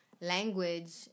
language